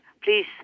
Please